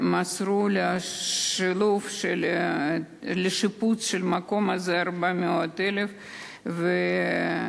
מסרו לשיפוץ של המקום הזה 400,000 שקלים.